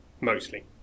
Mostly